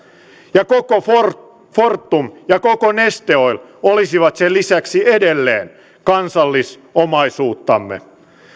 ja koko fortum fortum ja koko neste oil olisivat sen lisäksi edelleen kansallisomaisuuttamme